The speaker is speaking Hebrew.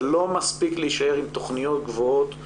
זה לא מספיק להישאר עם תכניות גבוהות,